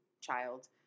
child